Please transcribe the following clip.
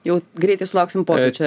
jau greitai sulauksim pokyčio